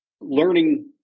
learning